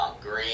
Green